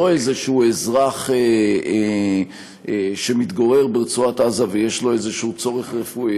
לא אזרח שמתגורר ברצועת עזה ויש לו איזה צורך רפואי,